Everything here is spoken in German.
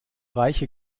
reiche